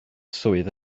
swydd